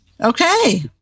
Okay